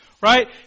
right